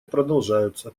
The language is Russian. продолжаются